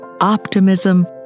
optimism